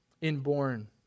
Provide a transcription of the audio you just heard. inborn